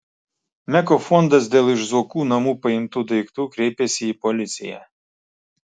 meko fondas dėl iš zuokų namų paimtų daiktų kreipėsi į policiją